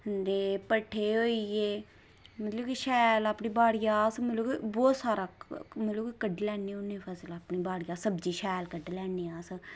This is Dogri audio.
ते भट्ठे होई गे ते मतलब कि शैल अपनी बाड़िया अस बहुत सारा मतलब कि कड्ढी लैन्ने होन्ने फसल अपनी बाड़ियां सब्ज़ी शैल कड्ढी लैन्ने अस